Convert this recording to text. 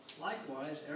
Likewise